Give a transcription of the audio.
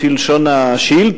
לפי לשון השאילתא.